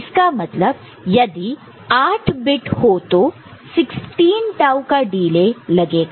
इसका मतलब यदि 8 बिट हो तो 16 टाऊ का डिले लगेगा